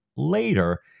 Later